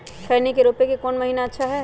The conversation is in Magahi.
खैनी के रोप के कौन महीना अच्छा है?